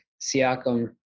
Siakam